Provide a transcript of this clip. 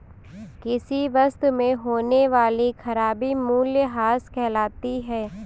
किसी वस्तु में होने वाली खराबी मूल्यह्रास कहलाती है